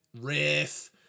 riff